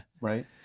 Right